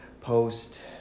post